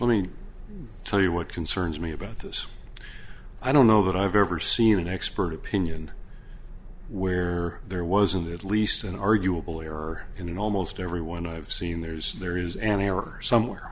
let me tell you what concerns me about this i don't know that i've ever seen an expert opinion where there wasn't at least an arguable error in almost every one i've seen there's there is an error somewhere